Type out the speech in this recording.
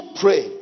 pray